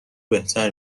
بهتر